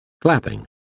clapping